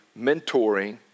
mentoring